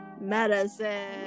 Medicine